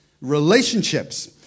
Relationships